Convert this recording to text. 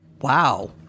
Wow